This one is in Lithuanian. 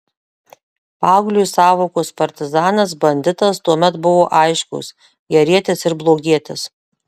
paaugliui sąvokos partizanas banditas tuomet buvo aiškios gerietis ir blogietis